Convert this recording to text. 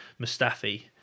Mustafi